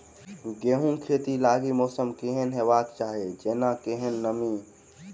गेंहूँ खेती लागि मौसम केहन हेबाक चाहि जेना केहन नमी?